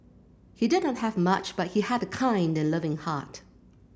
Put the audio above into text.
he did not have much but he had a kind and loving heart